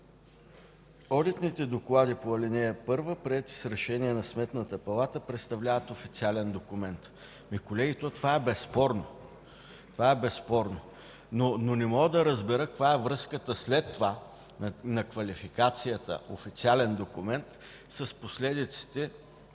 Одитните доклади по ал. 1, приети с решение на Сметната палата, представляват официален документ. Колеги, това е безспорно! Но не мога да разбера каква е връзката след това на квалификацията „официален документ” с последиците